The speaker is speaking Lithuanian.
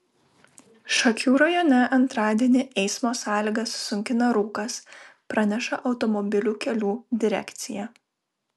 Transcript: šakių rajone antradienį eismo sąlygas sunkina rūkas praneša automobilių kelių direkcija